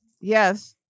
Yes